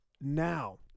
now